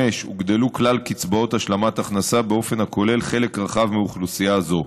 5. הוגדלו כלל קצבאות השלמת הכנסה באופן הכולל חלק רחב מאוכלוסייה זו.